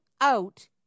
out